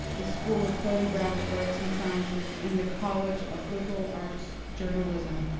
the school of photographic arts and sciences and the college of liberal arts journalism.